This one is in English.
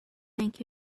thank